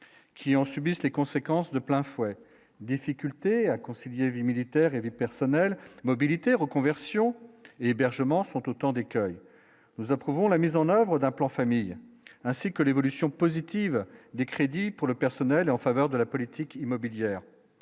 qui en subissent les conséquences de plein fouet, difficulté à concilier vie militaire et vie personnelle mobilité reconversion hébergement sont autant d'écueils nous approuvons la mise en oeuvre d'un plan famille ainsi que l'évolution positive des crédits pour le personnel en faveur de la politique immobilière,